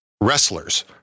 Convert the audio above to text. wrestlers